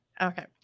Okay